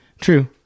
True